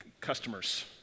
customers